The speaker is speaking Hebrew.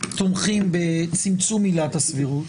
שתומכים בצמצום עילת הסבירות,